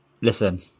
Listen